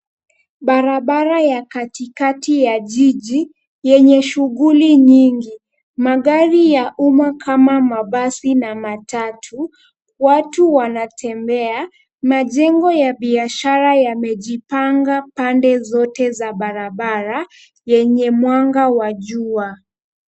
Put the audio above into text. Barabara ya katikati ya jiji yenye shughuli nyingi. Magari ya umma kama mabasi na matatu. Watu wanatembea. Majengo ya biashara yamejipanga pande zote za barabara yenye mwanga wa jua.